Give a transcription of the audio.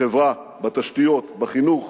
בחברה, בתשתיות, בחינוך